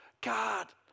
God